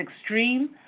extreme